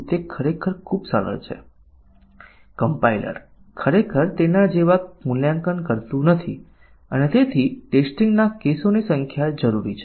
તે જ્યાંરે કોડના બ્લોકમાં પ્રવેશ કરે ત્યારે તે ત્યાંના તમામ નિવેદનોને અમલમાં મૂકશે તેથી આપણે ફક્ત બ્લોક્સને ચિહ્નિત કરવાની જરૂર છે